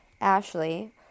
Ashley